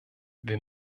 wir